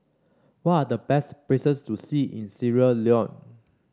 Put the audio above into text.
what are the best places to see in Sierra Leone